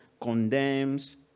condemns